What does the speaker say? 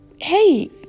hey